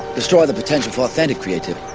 destroy the potential for authentic creativity.